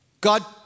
God